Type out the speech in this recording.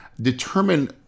determine